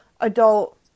adult